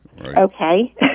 Okay